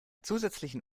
zusätzlichen